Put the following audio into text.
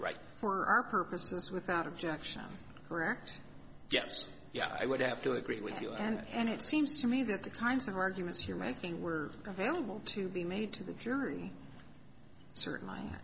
right for our purposes without objection correct yes yeah i would have to agree with you and it seems to me that the kinds of arguments you're making were available to be made to the jury certain